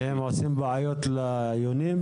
והם עושים בעיות ליונים?